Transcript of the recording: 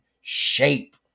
shape